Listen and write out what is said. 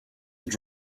your